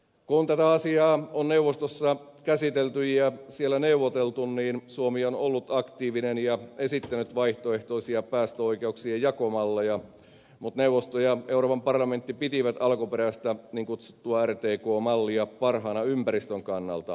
kun tätä asiaa on neuvostossa käsitelty ja siellä on neuvoteltu niin suomi on ollut aktiivinen ja esittänyt vaihtoehtoisia päästöoikeuksien jakomalleja mutta neuvosto ja euroopan parlamentti pitivät alkuperäistä niin kutsuttua rtk mallia parhaana ympäristön kannalta